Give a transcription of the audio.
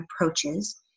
approaches